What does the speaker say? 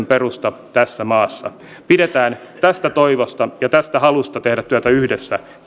perusta tässä maassa pidetään kiinni tästä toivosta ja tästä halusta tehdä työtä yhdessä